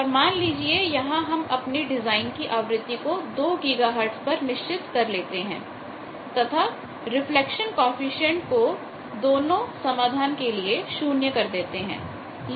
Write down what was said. तो मान लीजिए कि यहां हम अपनी डिजाइन की आवृत्ति को 2 गीगाहर्टज पर निश्चित कर लेते हैं तथा रिफ्लेक्शन कॉएफिशिएंट को दोनों समाधान के लिए 0 कर देते हैं